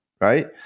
right